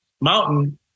mountain